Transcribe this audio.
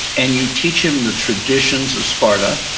and you teach him the traditions of sparta,